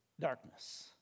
darkness